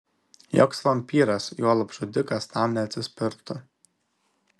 joks vampyras juolab žudikas tam neatsispirtų